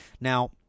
Now